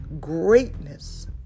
greatness